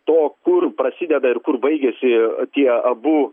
to kur prasideda ir kur baigiasi tie abu